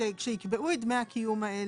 כשייקבעו את דמי הקיום האלה,